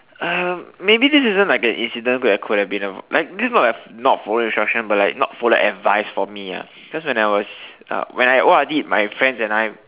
um maybe this isn't like an incident that could have been like this is not not following instruction but like not following advice for me ah cause when I was uh when I O_R_D my friends and I